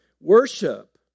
worship